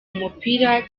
umupira